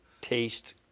taste